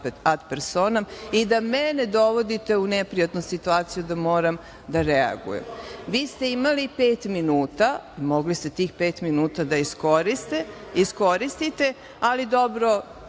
i da mene dovodite u neprijatnu situaciju da moram da reagujem. Vi ste imali pet minuta, mogli ste tih pet minuta da iskoristite, ali dobro,